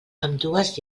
ambdues